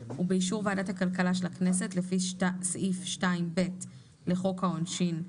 ובאישור ועדת הכלכלה של הכנסת לפי סעיף 2(ב) לחוק העונשין,